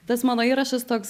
tas mano įrašas toks